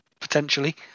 potentially